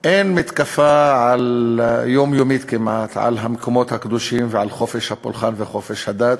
אין מתקפה יומיומית כמעט על המקומות הקדושים ועל חופש הפולחן וחופש הדת,